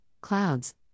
Clouds